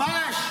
ממש.